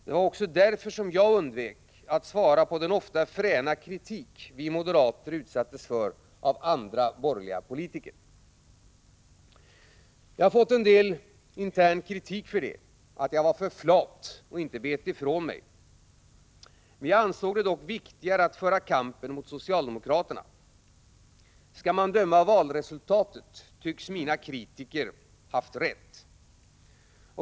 Det var också därför som jag undvek att svara på den ofta fräna kritik vi moderater utsattes för av andra borgerliga politiker. Jag har fått en del intern kritik för det — att jag var för flat och inte bet ifrån mig. Vi ansåg det dock viktigare att föra kampen mot socialdemokraterna. Skall man döma av valresultatet tycks mina kritiker ha haft rätt.